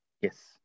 Yes